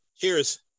Cheers